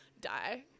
Die